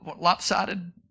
lopsided